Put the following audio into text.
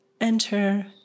enter